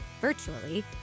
virtually